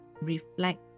reflect